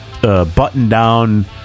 button-down